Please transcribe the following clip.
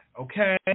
okay